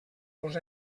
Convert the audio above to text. los